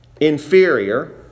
inferior